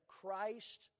Christ